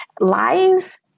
live